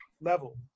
level